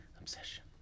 Obsession